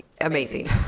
amazing